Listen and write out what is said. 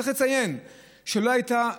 צריך לציין שלא הייתה,